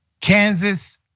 Kansas